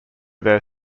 there